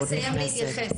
אשמח לסיים להתייחס.